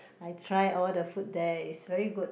I try all the food there is very good